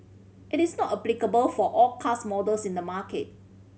it is not applicable for all cars models in the market